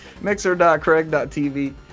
Mixer.Craig.TV